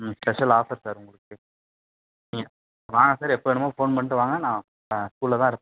ம் special offer sir உங்களுக்கு நீங்கள் வாங்க சார் எப்போ வேணுமோ ஃபோன் பண்ணிட்டு வாங்க நான் ஸ்கூலில் தான் இருப்பே